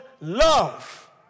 love